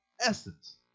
essence